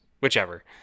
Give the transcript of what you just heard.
Whichever